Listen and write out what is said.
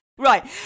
Right